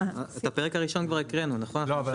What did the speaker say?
את הפרק הראשון כבר הקראנו נכון?